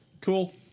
Cool